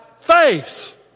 faith